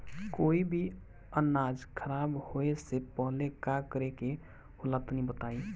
कोई भी अनाज खराब होए से पहले का करेके होला तनी बताई?